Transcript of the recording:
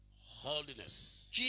Holiness